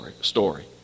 story